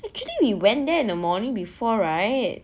actually we went there in the morning before right